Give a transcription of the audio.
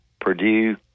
Purdue